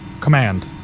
Command